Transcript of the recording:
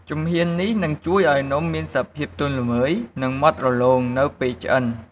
ជំហាននេះនឹងជួយឱ្យនំមានសភាពទន់ល្មើយ និងម៉ត់រលោងនៅពេលឆ្អិន។